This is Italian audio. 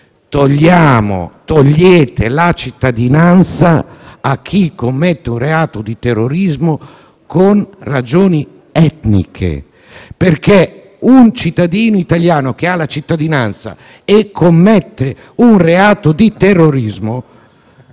Stelle: togliete la cittadinanza a chi commette un reato di terrorismo con ragioni etniche. Infatti, un cittadino italiano, che ha la cittadinanza dalla nascita e commette un reato di terrorismo,